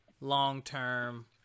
long-term